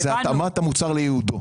זה התאמת המוצר לייעודו,